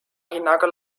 hinnaga